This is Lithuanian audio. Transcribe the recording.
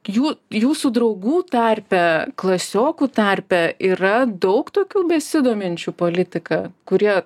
jų jūsų draugų tarpe klasiokų tarpe yra daug tokių besidominčių politika kurie